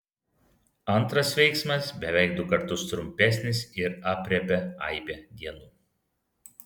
antras veiksmas beveik du kartus trumpesnis ir aprėpia aibę dienų